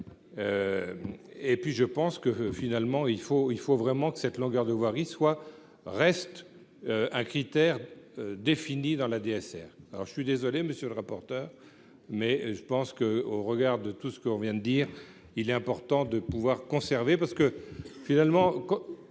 et puis je pense que finalement il faut il faut vraiment que cette longueur de voirie soit reste un critère défini dans la DSR, alors je suis désolé, monsieur le rapporteur, mais je pense que, au regard de tout ce qu'on vient de dire, il est important de pouvoir conserver parce que finalement,